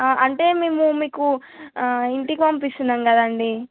అంటే మేము మీకు ఇంటికి పంపిస్తున్నాం కదండి